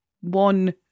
one